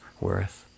worth